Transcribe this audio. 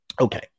Okay